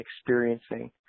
experiencing